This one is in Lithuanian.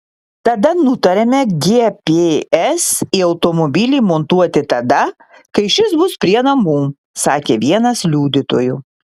tada nutarėme gps į automobilį įmontuoti tada kai šis bus prie namų sakė vienas liudytojų